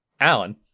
Alan